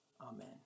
Amen